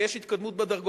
ויש התקדמות בדרגות.